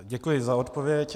Děkuji za odpověď.